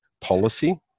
policy